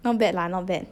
not bad lah not bad